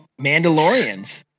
Mandalorians